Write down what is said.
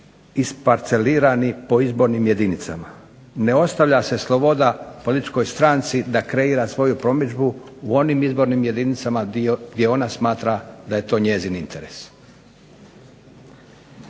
isparcelirali po izbornim jedinicama. Ne ostavlja se sloboda političkoj stranci da kreira svoju promidžbu u onim izbornim jedinicama gdje ona smatra da je to njezin interes.